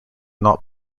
not